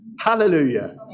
Hallelujah